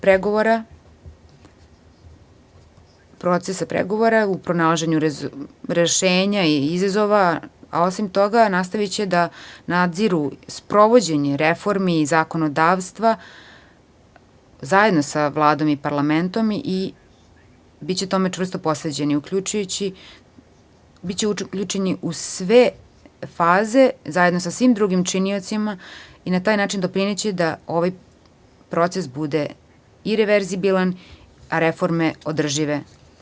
Pre svega, oni će biti deo procesa pregovora u pronalaženju rešenja i izazova, a osim toga, nastaviće da nadziru sprovođenje reformi i zakonodavstva zajedno sa Vladom i Parlamentom i biće tome čvrsto posvećeni i biće uključeni u sve faze, zajedno sa svim drugim činiocima i na taj način doprineće da ovaj proces bude ireverzibilan, a reforme održive.